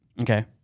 Okay